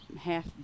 half